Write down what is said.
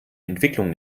entwicklung